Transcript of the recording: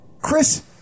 Chris